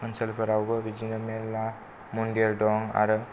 ओनसोलफोरावबो बिदिनो मेरला मन्दिर दं आरो